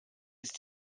ist